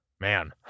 man